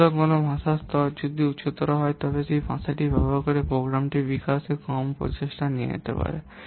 সুতরাং কোন ভাষার স্তর যদি উচ্চতর হয় তবে সেই ভাষাটি ব্যবহার করে প্রোগ্রামটি বিকাশে কম প্রচেষ্টা নেওয়া হবে